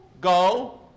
Go